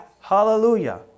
Hallelujah